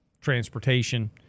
transportation